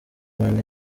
man